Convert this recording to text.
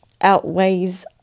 outweighs